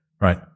right